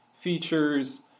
features